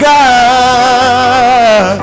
God